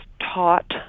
taught